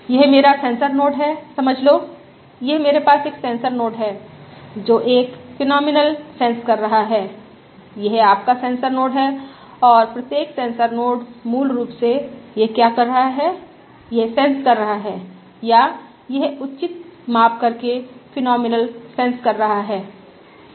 यह मेरा sensor node हैं समझ लो यह मेरे पास एक सेंसर नोड है जो एक फेनोमिनल सेंस कर रहा है यह आपका सेंसर नोड है और प्रत्येक सेंसर नोड मूल रूप से यह क्या कर रहा है यह सेंस कर रहा है या यह उचित माप करके फेनोमिनल सेंस कर रहा है